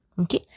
Okay